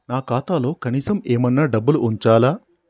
నా ఖాతాలో కనీసం ఏమన్నా డబ్బులు ఉంచాలా?